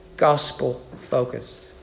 Gospel-focused